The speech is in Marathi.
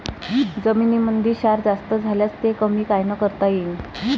जमीनीमंदी क्षार जास्त झाल्यास ते कमी कायनं करता येईन?